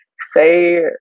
say